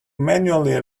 manually